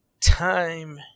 time